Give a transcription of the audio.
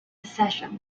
secession